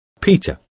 Peter